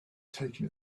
taken